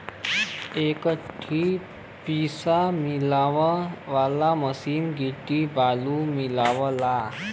एक ठे पीसे मिलावे वाला मसीन गिट्टी बालू मिलावला